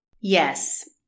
Yes